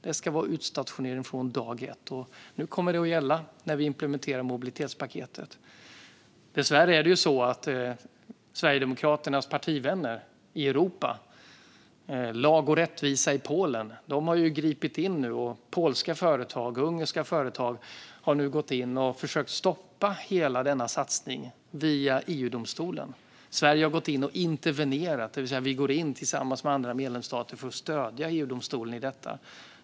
Det ska vara utstationering från dag ett, vilket kommer att gälla nu när vi implementerar mobilitetspaketet. Dessvärre är det så att Sverigedemokraternas partivänner i Europa, Lag och rättvisa i Polen, nu har gripit in. Polska och ungerska företag har försökt stoppa hela denna satsning via EU-domstolen. Sverige har gått in och intervenerat, det vill säga gått in tillsammans med andra medlemsstater för att stödja EU-domstolen i detta.